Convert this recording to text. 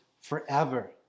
forever